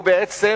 בעצם,